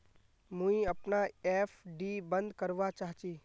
मुई अपना एफ.डी बंद करवा चहची